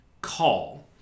call